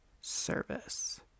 service